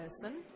person